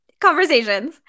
conversations